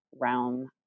realm